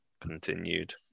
continued